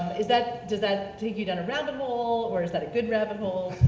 is that, does that take you down a rabbit hole or is that a good rabbit hole?